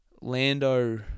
Lando